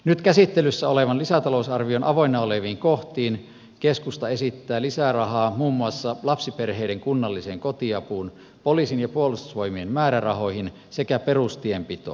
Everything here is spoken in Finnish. nyt käsittelyssä olevan lisätalousarvion avoinna oleviin kohtiin keskusta esittää lisärahaa muun muassa lapsiperheiden kunnalliseen kotiapuun poliisin ja puolustusvoimien määrärahoihin sekä perustienpitoon